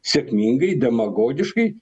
sėkmingai demagogiškai